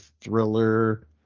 thriller